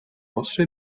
rosso